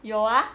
有